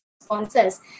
responses